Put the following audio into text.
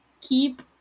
keep